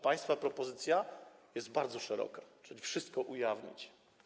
Państwa propozycja jest bardzo szeroka: wszystko ujawnić.